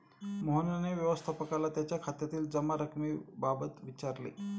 मोहनने व्यवस्थापकाला त्याच्या खात्यातील जमा रक्कमेबाबत विचारले